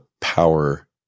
power